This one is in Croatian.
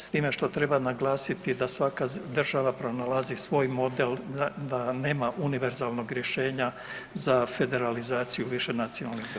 S time što treba naglasiti da svaka država pronalazi svoj model, da nema univerzalnog rješenja za federalizaciju višenacionalnih država.